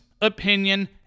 opinion